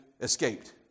escaped